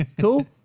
Cool